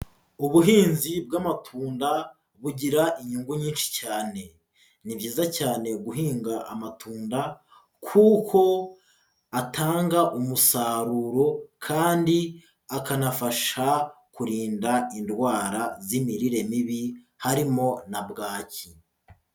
Ubuhinzi bw'amatunda bugira inyungu nyinshi cyane, ni byiza cyane guhinga amatunda kuko atanga umusaruro kandi akanafasha kurinda indwara z'imirire mibi, harimo na bwaki.